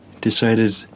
decided